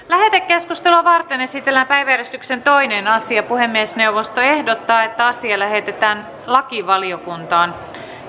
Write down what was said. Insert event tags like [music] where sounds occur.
[unintelligible] lähetekeskustelua varten esitellään päiväjärjestyksen toinen asia puhemiesneuvosto ehdottaa että asia lähetetään lakivaliokuntaan